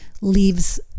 leaves